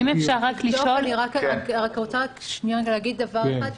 אני רק רוצה לשניונת להגיד דבר אחד.